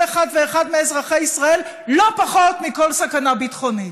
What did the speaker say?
אחד ואחד מאזרחי ישראל לא פחות מכל סכנה ביטחונית.